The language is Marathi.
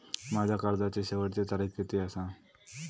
माझ्या कर्जाची शेवटची तारीख किती आसा?